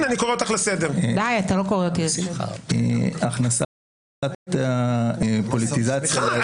אני לא יכול להשאיר את הטענות כך.